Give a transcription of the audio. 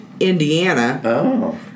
Indiana